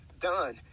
done